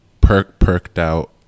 perk-perked-out